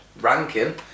ranking